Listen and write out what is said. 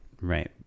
right